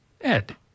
Ed